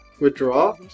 Withdraw